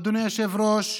אדוני היושב-ראש,